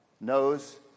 knows